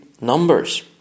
numbers